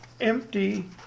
empty